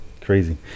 crazy